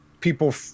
people